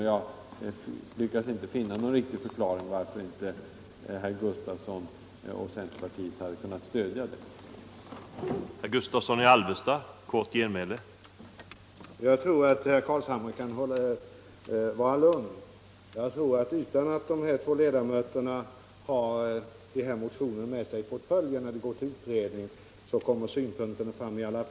Jag lyckades inte finna någon riktig förklaring till att herr Gustavsson och centerpartiet inte kunde stödja reservationen.